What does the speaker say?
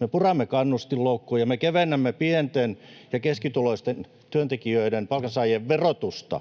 Me puramme kannustinloukkuja, me kevennämme pienten ja keskituloisten työntekijöiden, palkansaajien, verotusta.